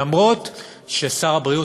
אף ששר הבריאות,